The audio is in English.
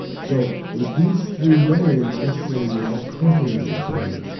so with these three legs, i say they all complement each other,